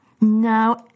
Now